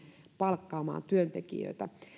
palkkaamaan työntekijöitä